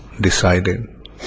decided